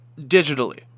digitally